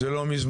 זה לא מזמן.